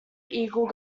eagle